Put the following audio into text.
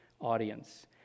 audience